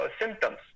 symptoms